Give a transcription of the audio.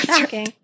Okay